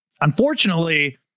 Unfortunately